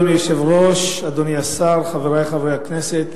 אדוני היושב-ראש, אדוני השר, חברי חברי הכנסת,